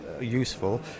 useful